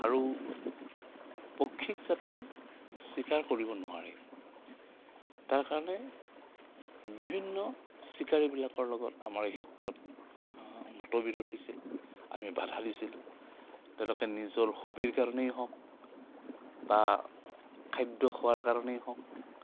আৰু পক্ষীক যাতে চিকাৰ কৰিব নোৱাৰে তাৰ কাৰণে বিভিন্ন চিকাৰীবিলাকৰ লগত আমাৰ এই ক্ষেত্ৰত মতবিৰোধ হৈছিল আমি বাধা দিছিলোঁ তেওঁলোকে নিজৰ হবিৰ কাৰণেই হওক বা খাদ্য খোৱাৰ কাৰণেই হওক